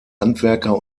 handwerker